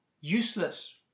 useless